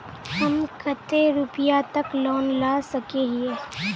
हम कते रुपया तक लोन ला सके हिये?